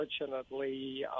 unfortunately